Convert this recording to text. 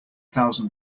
thousand